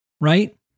right